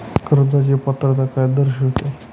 कर्जाची पात्रता काय दर्शविते?